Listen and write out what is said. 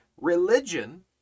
religion